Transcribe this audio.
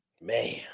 Man